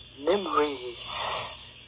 memories